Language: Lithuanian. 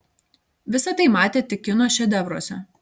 visa tai matė tik kino šedevruose